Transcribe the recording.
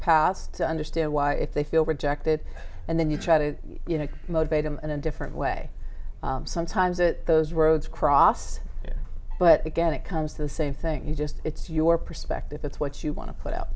past understand why if they feel rejected and then you try to you know motivate them in a different way sometimes that those roads cross but again it comes to the same thing you just it's your perspective it's what you want to put out